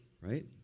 right